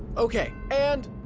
okay. and.